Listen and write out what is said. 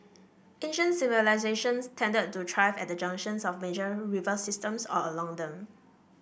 ancient civilisations tended to thrive at the junctions of major river systems or along them